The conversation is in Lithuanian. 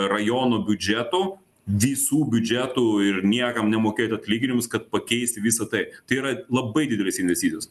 rajono biudžetų visų biudžetų ir niekam nemokėt atlyginimus kad pakeist visa tai tai yra labai didelės investicijos